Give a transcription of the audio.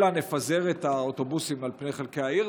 אלא נפזר את האוטובוסים על פני חלקי העיר.